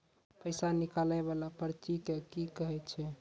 पैसा निकाले वाला पर्ची के की कहै छै?